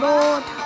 Lord